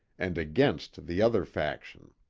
and against the other faction.